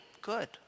good